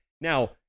now